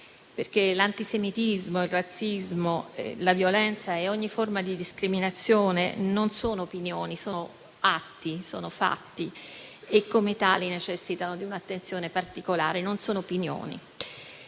Segre. L'antisemitismo, il razzismo, la violenza e ogni forma di discriminazione non sono opinioni; sono atti, sono fatti, e come tali necessitano di un'attenzione particolare. Lo ripeto: non sono opinioni.